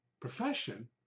Profession